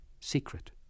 secret